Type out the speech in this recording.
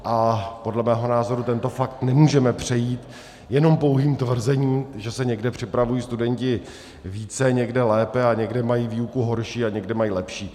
A podle mého názoru tento fakt nemůžeme přejít jenom pouhým tvrzením, že se někde připravují studenti více, někde lépe a někde mají výuku horší a někde mají lepší.